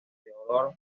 theodor